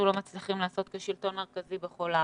לא מצליחים לעשות כשלטון מרכזי בכל הארץ.